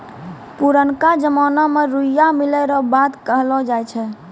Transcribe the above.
पुरनका जमाना मे रुइया मिलै रो बात कहलौ जाय छै